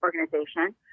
Organization